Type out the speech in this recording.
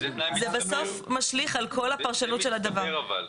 זה משליך על כל הפרשנות של הדבר.